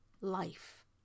life